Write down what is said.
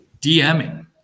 DMing